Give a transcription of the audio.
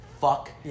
fuck